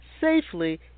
safely